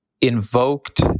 invoked